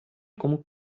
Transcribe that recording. como